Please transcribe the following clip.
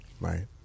Right